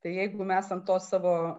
tai jeigu mes ant tos savo